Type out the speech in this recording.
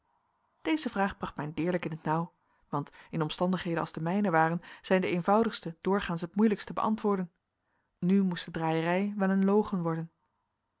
deze vraag bracht mij deerlijk in t nauw want in omstandigheden als de mijne waren zijn de eenvoudigste doorgaans het moeilijkst te beantwoorden nu moest de draaierij wel een logen worden